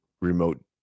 remote